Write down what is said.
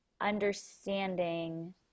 understanding